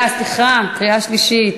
סליחה, הצבעה בקריאה שלישית.